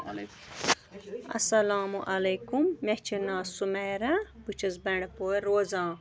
اَسلامُ علیکُم مےٚ چھِ ناو سُمیرا بہٕ چھَس بَنٛڈپورِ روزان